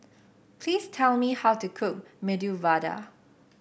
please tell me how to cook Medu Vada